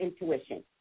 intuition